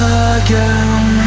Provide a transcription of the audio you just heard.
again